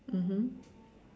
mmhmm